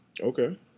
Okay